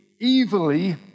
evilly